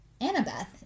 Annabeth